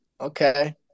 Okay